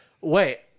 Wait